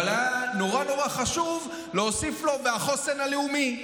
אבל היה נורא נורא חשוב להוסיף לו "והחוסן הלאומי".